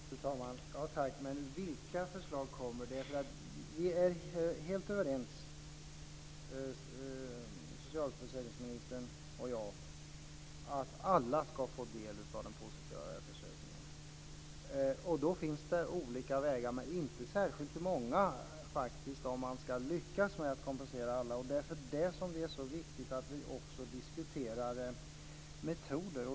Fru talman! Tack, men vilka förslag är det som kommer? Socialförsäkringsministern och jag är helt överens om att alla ska få del av den positiva välfärdsökningen. Då finns det olika vägar, men faktiskt inte särskilt många, när det gäller att lyckas med att kompensera alla. Därför är det så viktigt att vi också diskuterar metoder.